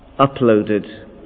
uploaded